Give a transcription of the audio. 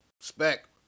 Spec